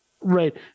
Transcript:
Right